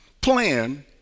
plan